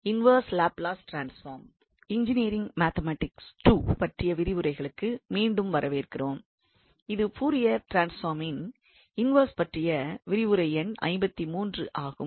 engineering mathematics II பற்றிய விரிவுரைகளுக்கு மீண்டும் வரவேற்கிறோம் இது பூரியர் டிரான்ஸ்பார்மின் இன்வெர்ஸ் பற்றிய விரிவுரை எண் 53 ஆகும்